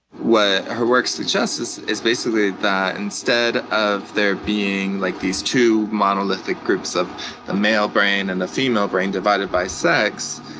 what her work suggests is is basically that instead of there being, like, these two monolithic groups of the male brain and the female brain divided by sex,